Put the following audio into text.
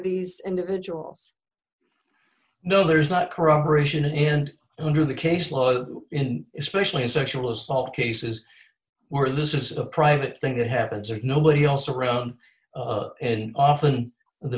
these individuals no there is not corroboration hand under the caseload especially sexual assault cases where this is a private thing that happens or nobody else around and often the